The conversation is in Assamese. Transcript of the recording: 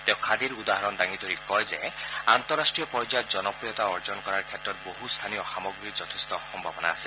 তেওঁ খাদীৰ উদাহৰণ দাঙি ধৰি কয় যে আন্তঃৰাষ্ট্ৰীয় পৰ্যায়ত জনপ্ৰিয়তা অৰ্জন কৰাৰ ক্ষেত্ৰত বহু স্থানীয় সামগ্ৰীৰ যথেষ্ট সম্ভাৱনা আছে